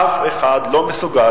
אף אחד היום לא מסוגל,